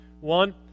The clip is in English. One